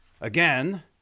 Again